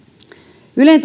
ylen